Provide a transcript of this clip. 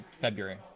February